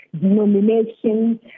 denomination